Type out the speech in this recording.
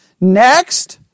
Next